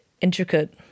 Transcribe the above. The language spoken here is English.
intricate